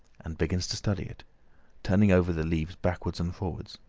and begins to study it turning over the leaves backwards and forwards.